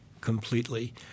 completely